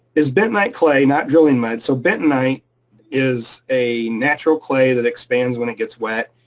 is bentonite clay not drilling mud? so bentonite is a natural clay that expands when it gets wet.